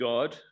God